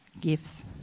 gifts